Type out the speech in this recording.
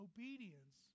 Obedience